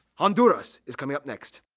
honduras is coming up next!